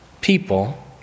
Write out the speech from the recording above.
people